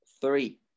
Three